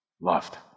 loved